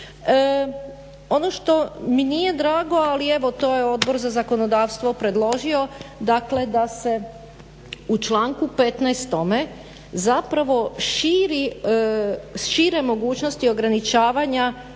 Ono što mi nije drago, ali evo to je Odbor za zakonodavstvo predložio, dakle da se u članku 15. zapravo šire mogućnosti ograničavanja